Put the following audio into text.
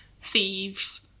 thieves